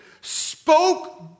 spoke